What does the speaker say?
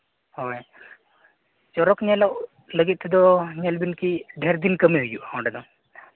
ᱦᱳᱭ ᱪᱚᱨᱚᱠ ᱧᱮᱞᱚᱜ ᱞᱟᱹᱜᱤᱫ ᱛᱮᱫᱚ ᱧᱮᱞ ᱵᱤᱱ ᱠᱤ ᱰᱷᱮᱨ ᱫᱤᱱ ᱠᱟᱹᱢᱤ ᱦᱩᱭᱩᱜᱼᱟ ᱚᱸᱰᱮ ᱫᱚ